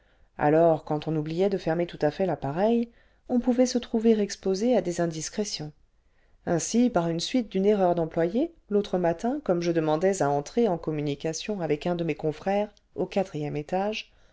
alors quand on oubbait de fermer tout à fait l'appareil on pouvait se trouver exposé à des indiscrétions ainsi par suite d'une erreur d'employé l'autre matin comme je demandais à entrer en communication avec un de mes confrères au quatrième étage